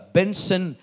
Benson